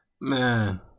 Man